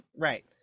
right